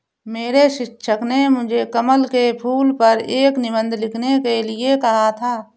मेरे शिक्षक ने मुझे कमल के फूल पर एक निबंध लिखने के लिए कहा था